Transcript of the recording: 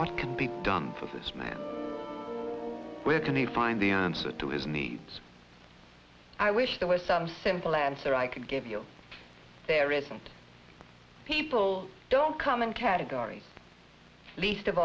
what can be done for this man where can he find the answer to his needs i wish there was some simple answer i can give you there isn't people don't come in category least of